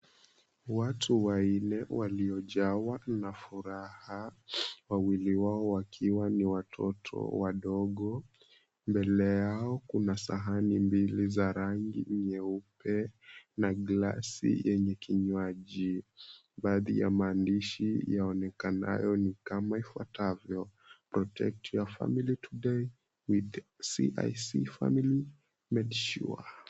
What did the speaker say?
Watu wanne waliojawa na furaha, wawili wao wakiwa ni watoto wadogo. Mbele yao kuna sahani mbili za rangi nyeupe na glasi yenye kinywaji. Baadhi ya maandishi yaonekanayo ni kama ifuatavyo, Protect your family today with CIC family, make sure .